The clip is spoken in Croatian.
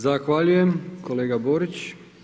Zahvaljujem kolega Borić.